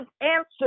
answer